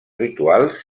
rituals